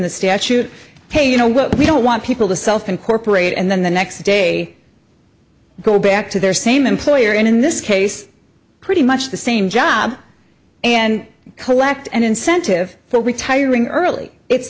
the statute hey you know what we don't want people to self incorporate and then the next day go back to their same employer in this case pretty much the same job and collect an incentive for retiring early it's